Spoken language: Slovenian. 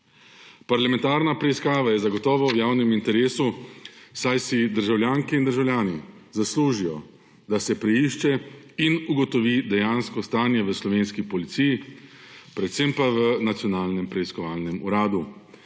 Parlamentarna preiskava je zagotovo v javnem interesu, saj si državljanke in državljani zaslužijo, da se preišče in ugotovi dejansko stanje v slovenski policiji, predvsem pa v Nacionalnem preiskovalnem uradu;